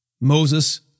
Moses